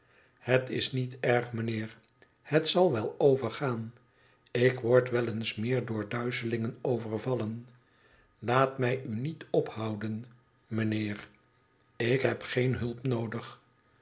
het is niet erg mijnheer het zal wel overgaan ik word wel eens meer door duizelingen overvallen laat mij u niet ophouden mijnheer ik heb geen hulp noodig